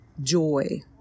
joy